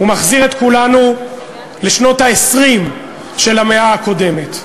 אלא הוא מחזיר אותנו לשנות ה-20 של המאה הקודמת,